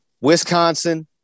Wisconsin